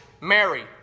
Mary